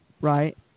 right